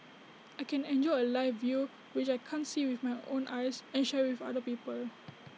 I can enjoy A live view which I can't see with my own eyes and share IT with other people